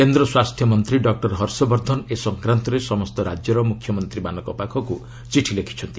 କେନ୍ଦ୍ର ସ୍ୱାସ୍ଥ୍ୟମନ୍ତ୍ରୀ ଡକ୍ଟର ହର୍ଷ ବର୍ଦ୍ଧନ ଏ ସଂକ୍ରାନ୍ତରେ ସମସ୍ତ ରାଜ୍ୟର ମୁଖ୍ୟମନ୍ତ୍ରୀମାନଙ୍କ ପାଖକୁ ଚିଠି ଲେଖିଛନ୍ତି